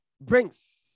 brings